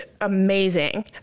amazing